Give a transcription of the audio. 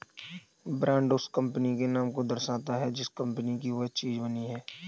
brand उस company के नाम को दर्शाता है जिस कंपनी की वह चीज बनी है